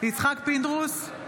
יצחק פינדרוס,